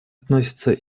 относится